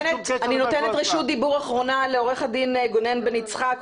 רשות דיבור אחרונה לעורך הדין גונן בן יצחק,